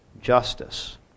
justice